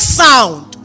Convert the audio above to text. sound